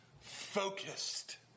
focused